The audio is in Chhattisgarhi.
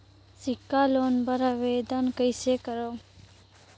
सिक्छा लोन बर आवेदन कइसे करव?